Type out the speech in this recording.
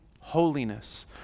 holiness